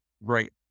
right